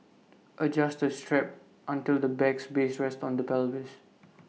adjust the straps until the bag's base rests on the pelvis